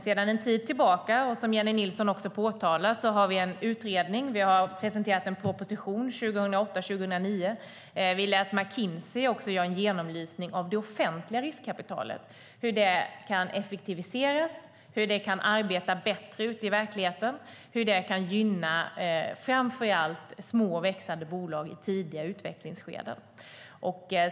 Sedan en tid tillbaka, som Jennie Nilsson också påtalar, har vi en utredning. Vi har presenterat en proposition 2008/09. Vi lät McKinsey göra en genomlysning av det offentliga riskkapitalet, hur det kan effektiviseras och arbeta bättre ute i verkligheten och hur det kan gynna framför allt små och växande bolag i tidiga utvecklingsskeden.